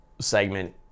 segment